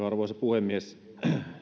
arvoisa puhemies